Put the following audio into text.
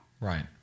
Right